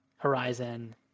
Horizon